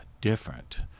different